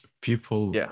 people